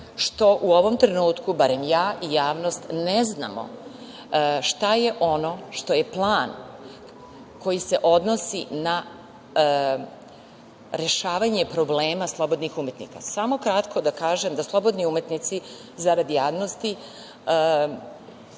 što u ovom trenutku, barem ja i javnost, ne znamo šta je ono što je plan koji se odnosi na rešavanje problema slobodnih umetnika. Samo kratko da kažem da slobodni umetnici, zarad javnosti,